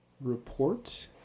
report